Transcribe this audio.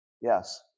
Yes